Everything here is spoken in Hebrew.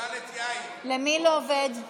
למי לא עבדה